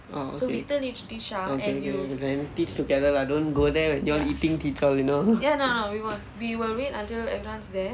orh okay okay okay teach together don't go there when you all eating teach all you know